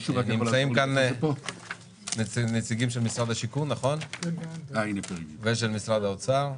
נמצאים כאן נציגים של משרד השיכון ושל משרד האוצר.